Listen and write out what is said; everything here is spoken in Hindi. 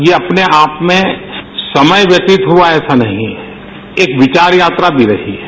ये अपने आप में समय व्यतीत हुआ है ऐसा नहीं है एक विचार यात्रा भी रही है